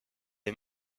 est